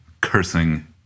cursing